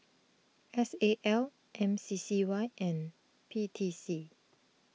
S A L M C C Y and P T C